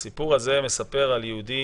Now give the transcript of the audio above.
הסיפור הזה מספר על יהודי